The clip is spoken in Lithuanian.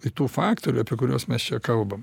tai tų faktorių apie kuriuos mes čia kalbam